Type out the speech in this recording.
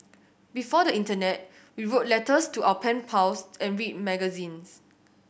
before the internet we wrote letters to our pen pals and read magazines